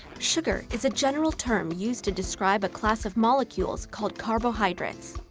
sugar is a general term used to describe a class of molecules called carbohydrates,